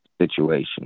situation